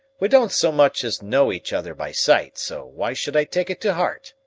we don't so much as know each other by sight, so why should i take it to heart?